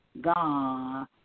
God